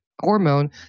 hormone